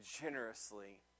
generously